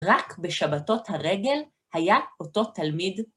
רק בשבתות הרגל היה אותו תלמיד.